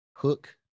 Hook